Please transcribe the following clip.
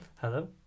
Hello